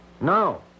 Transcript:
No